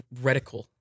Reticle